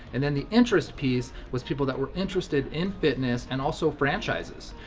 and and the interest piece was people that were interested in fitness and also franchises.